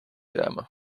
jääma